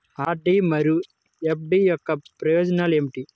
RD మరియు FD యొక్క ప్రయోజనాలు ఏమిటి?